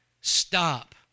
stop